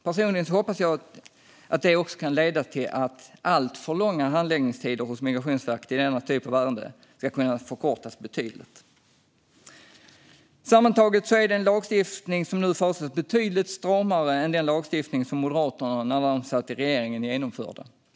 Personligen hoppas jag att det också kan leda till att alltför långa handläggningstider hos Migrationsverket i denna typ av ärende ska kunna förkortas betydligt. Sammantaget är den lagstiftning som nu föreslås betydligt stramare än den lagstiftning som Moderaterna genomförde när de satt i regeringen.